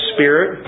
Spirit